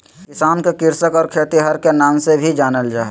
किसान के कृषक और खेतिहर के नाम से भी जानल जा हइ